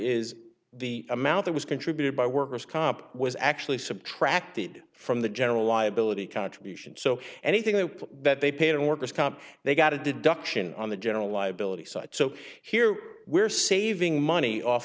is the amount that was contributed by workers comp was actually subtracted from the general liability contribution so anything that they paid in workers comp they got a deduction on the general liability side so here we're saving money off